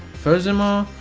furthermore,